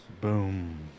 Boom